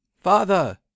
Father